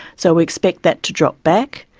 so we expect that to drop back.